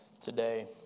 today